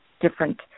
different